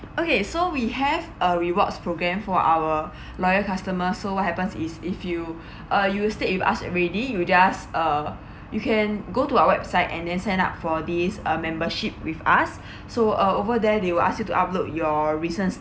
okay so we have a rewards program for our loyal customer so what happens is if you uh you stay with us already you just uh you can go to our website and then sign up for this uh membership with us so uh over there they will ask you to upload your recent